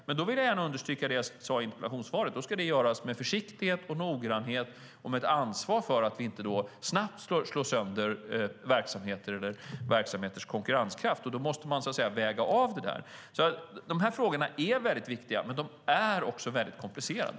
Men då vill jag gärna understryka det jag sade i interpellationssvaret: Då ska det göras med försiktighet, med noggrannhet och med ett ansvar för att vi inte snabbt slår sönder verksamheters konkurrenskraft. Då måste man väga av det. Dessa frågor är väldigt viktiga, men de är också väldigt komplicerade.